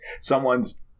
someone's